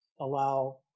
allow